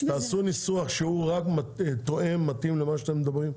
תעשו ניסוח שהוא רק תואם למה שאתם מדברים בפרסומת.